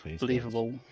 believable